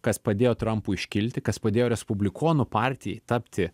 kas padėjo trampui iškilti kas padėjo respublikonų partijai tapti